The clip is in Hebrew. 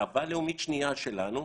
גאווה לאומית שנייה שלנו,